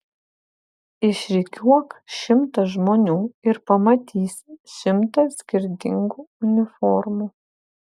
išrikiuok šimtą žmonių ir pamatysi šimtą skirtingų uniformų